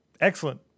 Excellent